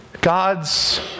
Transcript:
God's